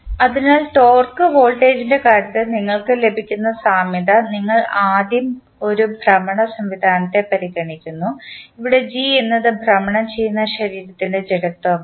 അതിനാൽ ടോർക്ക് വോൾട്ടേജിൻറെ കാര്യത്തിൽ നിങ്ങൾക്ക് ലഭിക്കുന്ന സാമ്യത നിങ്ങൾ ആദ്യം ഒരു ഭ്രമണ സംവിധാനത്തെ പരിഗണിക്കുന്നു ഇവിടെ g എന്നത് ഭ്രമണം ചെയ്യുന്ന ശരീരത്തിൻറെ ജഡത്വമാണ്